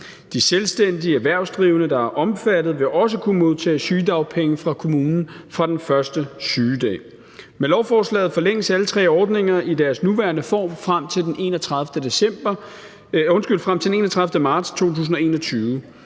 De selvstændige erhvervsdrivende, der er omfattet, vil også kunne modtage sygedagpenge fra kommunen fra den første sygedag. Med lovforslaget forlænges alle tre ordninger i deres nuværende form frem til den 31. marts 2021,